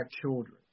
children